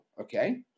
okay